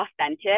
authentic